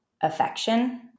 affection